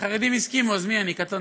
החרדים הסכימו, אז מי אני, קטונתי.